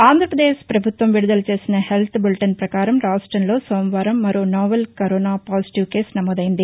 ఆంధ్రప్రదేశ్ పభుత్వం విడుదల చేసిన హెల్త్ బులిటెన్ ప్రకారం రాష్టంలో సోమవారం మరో నోవల్ కరోనా పాజిటీవ్ కేసు నమోదైంది